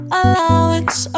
allowance